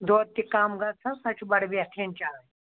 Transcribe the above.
دۄد تہِ کَم گژھان سۄ چھِ بَڈٕ بہتریٖن چاے